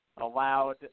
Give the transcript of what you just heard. allowed